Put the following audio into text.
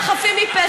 חבר הכנסת זחאלקה,